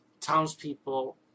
townspeople